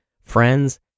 friends